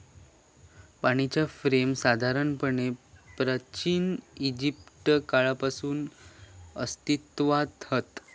पाणीच्या फ्रेम साधारणपणे प्राचिन इजिप्त काळापासून अस्तित्त्वात हत